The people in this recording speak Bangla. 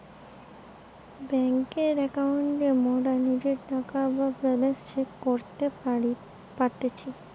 বেংকের একাউন্টে মোরা নিজের টাকা বা ব্যালান্স চেক করতে পারতেছি